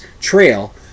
trail